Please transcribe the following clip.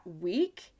week